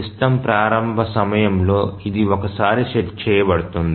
system ప్రారంభ సమయంలో ఇది ఒకసారి సెట్ చేయబడుతుంది